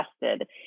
invested